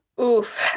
oof